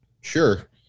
sure